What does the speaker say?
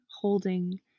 holding